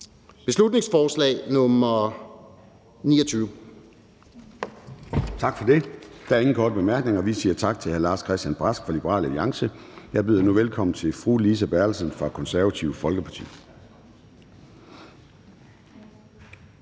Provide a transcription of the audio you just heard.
beslutningsforslag B 29.